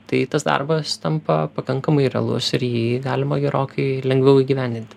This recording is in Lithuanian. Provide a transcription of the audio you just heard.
tai tas darbas tampa pakankamai realus ir jį galima gerokai lengviau įgyvendinti